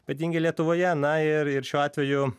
ypatingai lietuvoje na ir ir šiuo atveju